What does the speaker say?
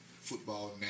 Football